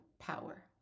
power